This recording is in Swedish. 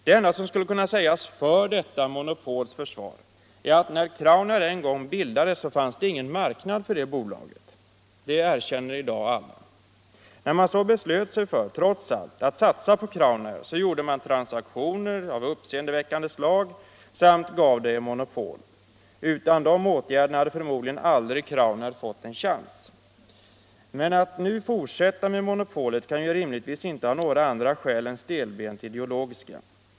Det enda som skulle kunna sägas för detta monopols försvar är att när Crownair en gång bildades så fanns det ingen marknad för det bolaget. Det erkänner alla i dag. När man så beslöt sig för, trots allt, att satsa på Crownair så gjorde man transaktioner av uppseendeväckande slag samt gav det ett monopol. Utan de åtgärderna hade förmodligen aldrig Crownair fått en chans. Men att nu fortsätta med monopolet kan ju rimligtvis inte ha några andra skäl än stelbenta ideologiska.